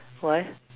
why